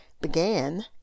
began